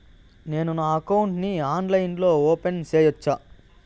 నేను నా అకౌంట్ ని ఆన్లైన్ లో ఓపెన్ సేయొచ్చా?